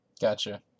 Gotcha